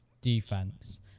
defense